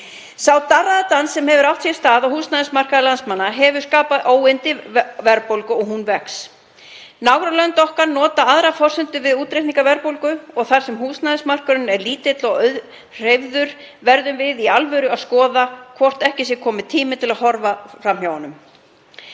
Sá darraðardans sem hefur átt sér stað á húsnæðismarkaði landsmanna hefur því miður skapað verðbólgu og hún vex. Nágrannalönd okkar nota aðrar forsendur við útreikninga verðbólgu og þar sem húsnæðismarkaðurinn er lítill og auðhreyfður verðum við í alvöru að skoða hvort ekki sé kominn tími til að horfa fram hjá honum.